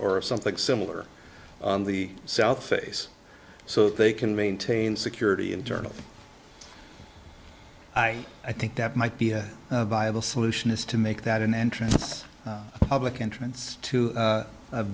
or something similar on the south face so they can maintain security internal i think that might be a viable solution is to make that an entrance public entrance to